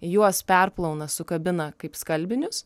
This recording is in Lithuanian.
juos perplauna sukabina kaip skalbinius